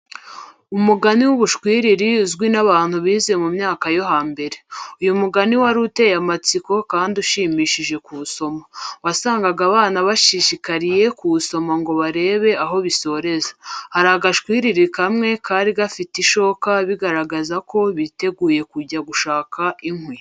Umugani w'ubushwiriri uzwi n'abantu bize mu myaka yo hambere. Uyu mugani wari uteye amatsiko kandi ushimishije kuwusoma. Wasangaga abana bashishikariye kuwusoma ngo barebe aho bisoreza. Hari agashwiriri kamwe kari gafite ishoka bigaragaza ko kiteguye kujya gushaka inkwi.